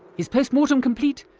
his post mortem complete,